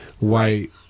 White